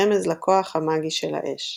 רמז לכוח המגי של האש.